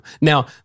Now